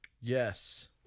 yes